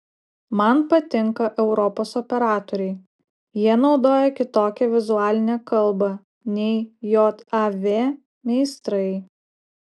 man patinka europos operatoriai jie naudoja kitokią vizualinę kalbą nei jav meistrai